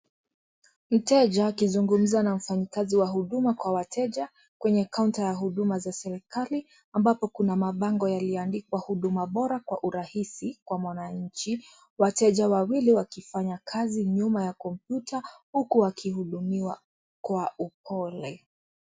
Mteja akizungumza na mfanyikazi wa huduma kwa wateja kwenye kaunta ya huduma za serikali ambapo kuna mabango yaliyoandikwa huduma bora kwa urahisi kwa mwananchi wateja wawili wakifanya kazi nyuma ya kompyuta huku wakihudumiwa kwa upole.